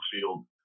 field